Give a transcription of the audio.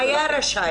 היה רשאי.